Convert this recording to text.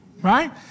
Right